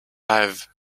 i’ve